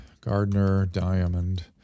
Gardner-Diamond